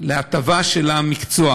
להטבה של המקצוע